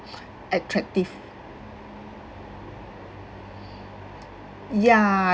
attractive ya